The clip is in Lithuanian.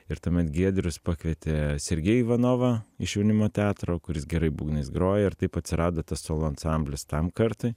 ir tuomet giedrius pakvietė sergejų ivanovą iš jaunimo teatro kuris gerai būgnais grojo ir taip atsirado tas solo ansamblis tam kartui